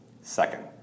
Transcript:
Second